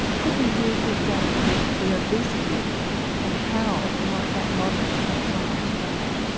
could we use the example of the obesity epidemic, and how might that model apply to that?